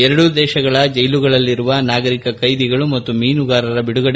ಎರಡೂ ದೇಶಗಳ ಜೈಲುಗಳಲ್ಲಿರುವ ನಾಗರಿಕ ಕೈದಿಗಳು ಮತ್ತು ಮೀನುಗಾರರ ಬಿಡುಗಡೆ